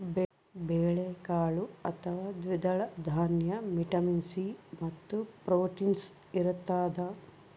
ಬೇಳೆಕಾಳು ಅಥವಾ ದ್ವಿದಳ ದಾನ್ಯ ವಿಟಮಿನ್ ಸಿ ಮತ್ತು ಪ್ರೋಟೀನ್ಸ್ ಇರತಾದ